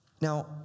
Now